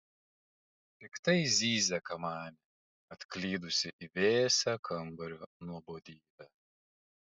piktai zyzia kamanė atklydusi į vėsią kambario nuobodybę